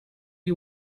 you